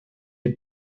est